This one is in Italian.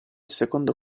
secondo